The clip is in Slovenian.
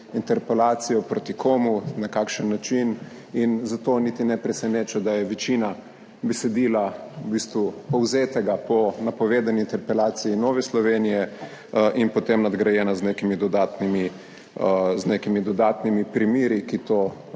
interpelacijo proti komu, na kakšen način. Zato niti ne preseneča, da je večina besedila v bistvu povzetega po napovedani interpelaciji Nove Slovenije in potem nadgrajenega z nekimi dodatnimi primeri, ki to